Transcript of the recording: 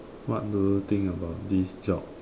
what do you think about this job